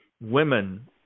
women